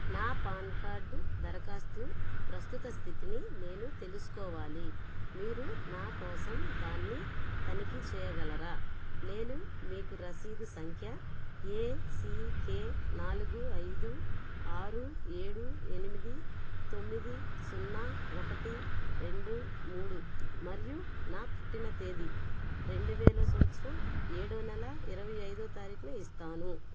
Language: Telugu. నా పాన్ కార్డు దరఖాస్తు ప్రస్తుత స్థితిని నేను తెలుసుకోవాలి మీరు నా కోసం దాన్ని తనిఖీ చెయ్యగలరా నేను మీకు రసీదు సంఖ్య ఏసికే నాలుగు ఐదు ఆరు ఏడు ఎనిమిది తొమ్మిది సున్నా ఒకటి రెండు మూడు మరియు నా పుట్టిన తేదీ రెండువేల సంవత్సరం ఏడవ నెల ఇరవై ఐదవ తారీఖులో ఇస్తాను